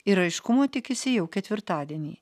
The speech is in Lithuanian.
ir aiškumo tikisi jau ketvirtadienį